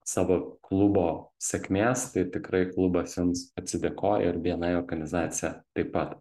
savo klubo sėkmės tai tikrai klubas jums atsidėkoja ir bni organizacija taip pat